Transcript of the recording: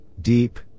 deep